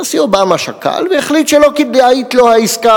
הנשיא אובמה שקל והחליט שלא כדאית לו העסקה